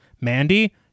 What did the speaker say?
Mandy